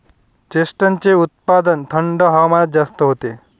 चेस्टनटचे उत्पादन थंड हवामानात जास्त होते